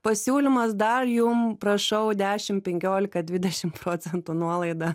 pasiūlymas dar jum prašau dešimt penkiolika dvidešimt procentų nuolaida